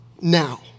now